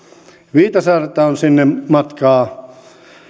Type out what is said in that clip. viitasaarelta on sinne matkaa